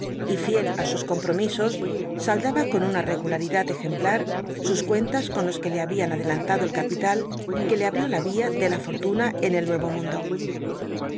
y fiel í sus comptomisos saldaba con una regularidad ejemplar sus cuentas con los que lo habian adelantado el capital que le abrió la vin de la fortuna en el nucro mundo